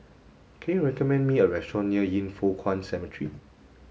can you recommend me a restaurant near Yin Foh Kuan Cemetery